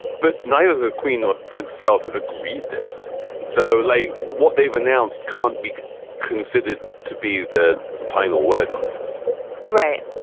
but neither the queen or prince charles has agreed this so late. what they've announced can't be considered to be the final word on this right.